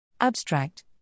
Abstract